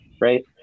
Right